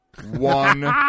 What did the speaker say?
one